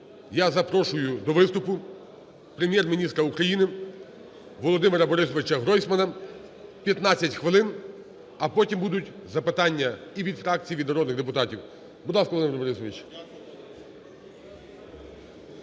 я запрошую до виступу Прем'єр-міністра України Володимира Борисовича Гройсмана (15 хвилин), а потім будуть запитання і від фракцій, від народних депутатів. Будь ласка, Володимир Борисович.